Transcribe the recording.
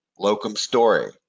locumstory